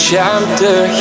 chapter